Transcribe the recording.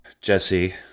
Jesse